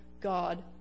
God